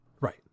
Right